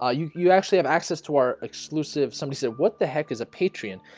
ah you you actually have access to our exclusive somebody said what the heck is a patreon?